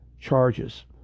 charges